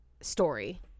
story